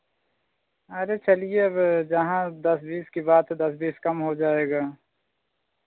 अरे चलिए अब जहाँ दस बीस की बात है दस बीस कम हो जाएगा